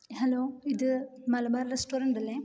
hello ഇത് Malabar restaurant അല്ലേ